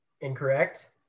Incorrect